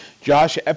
Josh